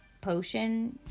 potion